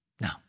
Now